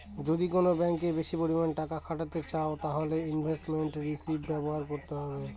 যদি কোন ব্যাঙ্কে বেশি পরিমানে টাকা খাটাতে চাও তাহলে ইনভেস্টমেন্ট রিষিভ ব্যবহার করতে হবে